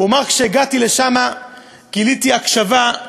הוא אמר: כשהגעתי לשם גיליתי הקשבה,